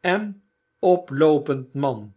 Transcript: en een oploopend man